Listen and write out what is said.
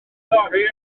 thorri